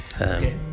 okay